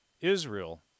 Israel